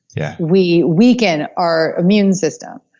yeah we weaken our immune system,